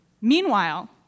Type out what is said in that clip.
Meanwhile